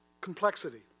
complexity